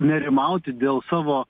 nerimauti dėl savo